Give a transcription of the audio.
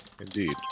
Indeed